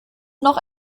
noch